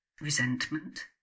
Resentment